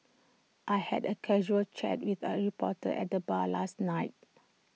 I had A casual chat with A reporter at the bar last night